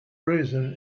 reason